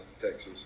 Texas